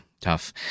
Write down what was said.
tough